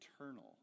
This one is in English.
eternal